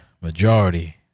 majority